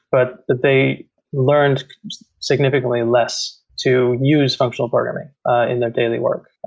but they learned significantly less to use functional programming in their daily work.